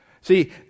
See